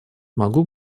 могу